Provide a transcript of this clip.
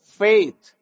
faith